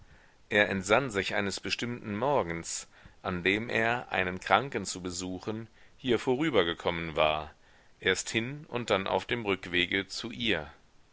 er entsann sich eines bestimmten morgens an dem er einen kranken zu besuchen hier vorübergekommen war erst hin und dann auf dem rückwege zu ihr